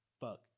Fuck